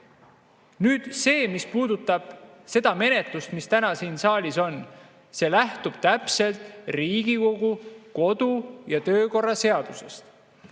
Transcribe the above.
see, mis puudutab seda menetlust, mis täna siin saalis on. See lähtub täpselt Riigikogu kodu‑ ja töökorra seadusest.